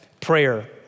prayer